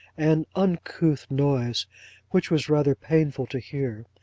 an uncouth noise which was rather painful to hear.